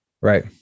Right